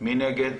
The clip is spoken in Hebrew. מי נגד?